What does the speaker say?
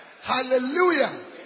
Hallelujah